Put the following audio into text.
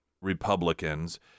Republicans